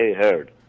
heard